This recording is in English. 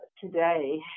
today